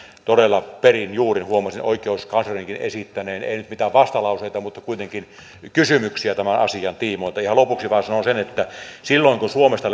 todella perin juurin huomasin oikeuskanslerinkin esittäneen ei nyt mitään vastalauseita mutta kuitenkin kysymyksiä tämän asian tiimoilta ihan lopuksi vain sanon sen että silloin kun suomesta